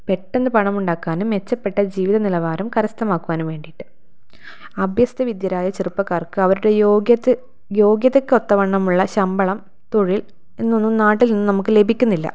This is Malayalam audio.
പെട്ടെന്ന് പണമുണ്ടാക്കാനും മെച്ചപ്പെട്ട ജീവിതനിലവാരം കരസ്ഥമാക്കുവാനും വേണ്ടീട്ട് അഭ്യസ്ഥ വിദ്യരായ ചെറുപ്പക്കാർക്ക് അവരുടെ യോഗ്യത യോഗ്യതക്കൊത്തവണ്ണമുള്ള ശമ്പളം തൊഴിൽ എന്നൊന്നും നാട്ടിൽ നിന്നും നമുക്ക് ലഭിക്കുന്നില്ല